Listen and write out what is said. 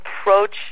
approach